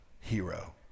hero